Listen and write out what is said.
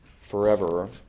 forever